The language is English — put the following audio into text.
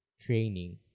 training